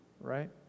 Right